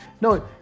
No